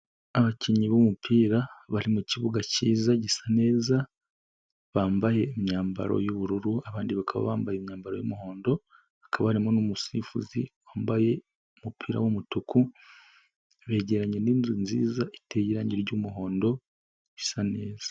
Abakinnyi b'umupira bari mu kibuga kiza gisa neza, bambaye imyambaro y'ubururu abandi bakaba bambaye imyambaro y'umuhondo, hakaba harimo n'umusifuzi wambaye umupira w'umutuku begeranye n'inzu nziza iteye irangi ry'umuhondo bisa neza.